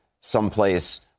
someplace